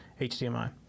HDMI